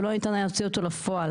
ולא ניתן היה להוציא אותו לפועל.